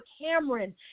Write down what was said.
cameron